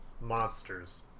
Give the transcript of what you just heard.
monsters